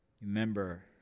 remember